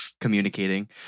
communicating